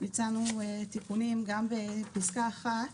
הצענו תיקונים גם בפסקה אחת,